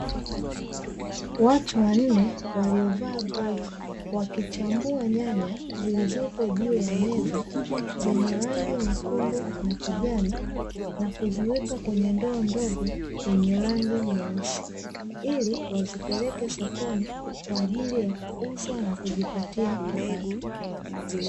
Watu wa nne waluovaa glavzi wakichambua nyanya zilizopo juu ya meza, zenye rangi nyekundu na kijani, na kuziweka kwenye ndoo ndogo yenye rangi nyeusi. Ili wazipeleke sokoni kwa ajili ya kuuza na kujipatia kipato.